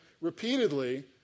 repeatedly